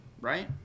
right